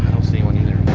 see anyone either.